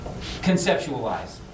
conceptualize